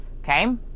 Okay